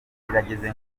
kirageze